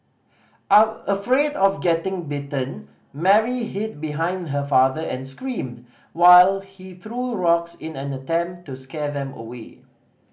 afraid of getting bitten Mary hid behind her father and screamed while he threw rocks in an attempt to scare them away